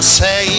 say